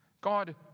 God